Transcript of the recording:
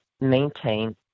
maintain